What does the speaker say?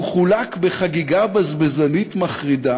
הוא חולק בחגיגה בזבזנית מחרידה